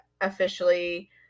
officially